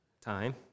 time